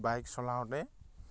bike চলাওঁতে